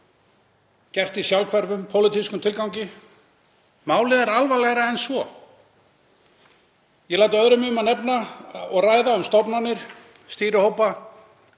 gert í sjálfhverfum, pólitískum tilgangi. Málið er alvarlegra en svo. Ég læt öðrum eftir að nefna og ræða um stofnanir, stýrihópa,